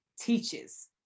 teaches